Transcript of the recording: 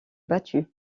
battu